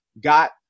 got